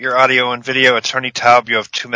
your audio and video attorney tab you have to